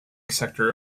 sector